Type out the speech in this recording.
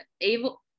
able